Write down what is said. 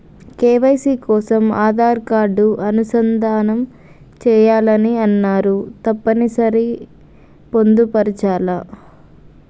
KYC కోసం Aadhaar card అనుసంధానం చేయాలని అన్నరు తప్పని సరి పొందుపరచాలా?